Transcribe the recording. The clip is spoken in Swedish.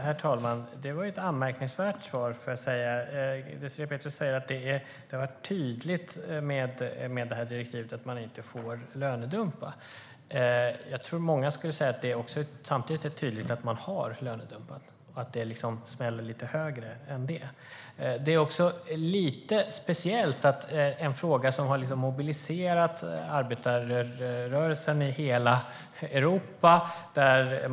Herr talman! Det var ett anmärkningsvärt svar, får jag säga. Désirée Pethrus sa att direktivet har varit tydligt med att man inte får lönedumpa. Jag tror att många skulle säga att det är tydligt att man har lönedumpat. Det smäller liksom lite högre. Det här är en fråga som har mobiliserat arbetarrörelsen i hela Europa.